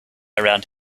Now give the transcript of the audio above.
around